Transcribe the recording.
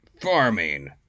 farming